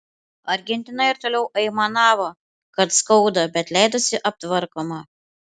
argentina ir toliau aimanavo kad skauda bet leidosi aptvarkoma